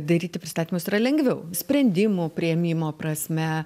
daryti pristatymus yra lengviau sprendimų priėmimo prasme